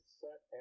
set